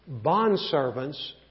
bondservants